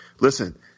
listen